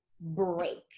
break